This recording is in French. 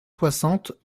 soixante